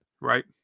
Right